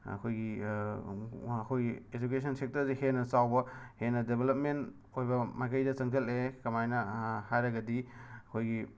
ꯑꯩꯈꯣꯏꯒꯤ ꯑꯩꯈꯣꯏꯒꯤ ꯑꯦꯖꯨꯀꯦꯁꯟ ꯁꯦꯛꯇꯔꯁꯦ ꯍꯦꯟꯅ ꯆꯥꯎꯕ ꯍꯦꯟꯅ ꯗꯦꯕꯂꯞꯃꯦꯟ ꯑꯣꯏꯕ ꯃꯥꯏꯀꯩꯗ ꯆꯪꯁꯤꯜꯂꯛꯑꯦ ꯀꯃꯥꯏꯅ ꯍꯥꯏꯔꯒꯗꯤ ꯑꯩꯈꯣꯏꯒꯤ